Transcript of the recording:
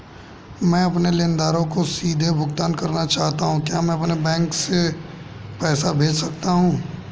मैं अपने लेनदारों को सीधे भुगतान करना चाहता हूँ क्या मैं अपने बैंक खाते में पैसा भेज सकता हूँ?